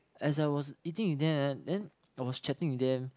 as I was eating with them then I was chatting with them